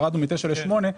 ירדנו מ-9 ל-8,